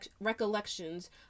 recollections